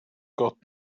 got